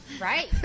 Right